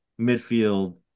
midfield